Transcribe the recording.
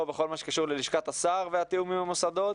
בכל מה שקשור ללשכת השר והתיאום עם המוסדות.